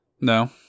No